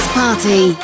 party